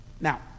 Now